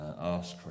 ask